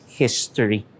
history